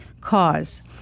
cause